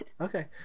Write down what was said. Okay